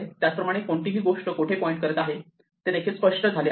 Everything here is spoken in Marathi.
त्याचप्रमाणे कोणती गोष्ट कोठे पॉईंट करत आहे ते देखील स्पष्ट झाले आहे